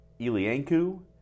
Ilianku